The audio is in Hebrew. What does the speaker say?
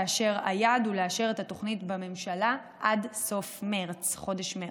והיעד הוא לאשר את התוכנית בממשלה עד סוף חודש מרץ.